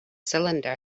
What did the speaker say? cylinder